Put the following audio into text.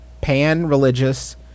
pan-religious